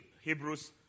Hebrews